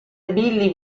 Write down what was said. billy